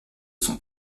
son